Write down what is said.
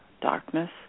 darkness